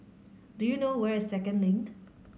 do you know where is Second Link